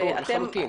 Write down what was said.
ברור לחלוטין.